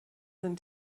sind